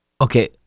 Okay